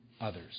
others